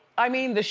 i mean, the,